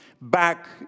back